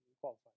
qualified